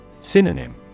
Synonym